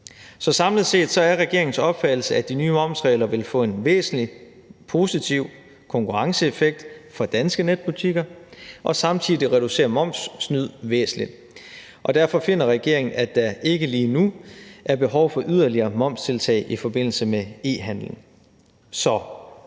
Så samlet set er regeringens opfattelse, at de nye momsregler vil få en væsentlig positiv konkurrenceeffekt for danske netbutikker og samtidig reducere momssnyd væsentligt. Derfor finder regeringen, at der ikke lige nu er behov for yderligere momstiltag i forbindelse med e-handel. For